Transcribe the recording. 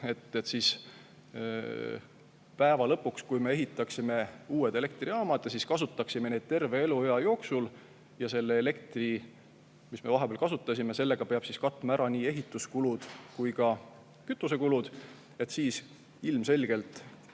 kogukulusid. Lõpuks, kui me ehitaksime uued elektrijaamad ja siis kasutaksime neid terve eluea jooksul ja selle elektriga, mis me vahepeal kasutasime, peab katma ära nii ehituskulud kui ka kütusekulud, siis ilmselgelt